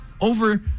over